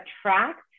attract